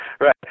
Right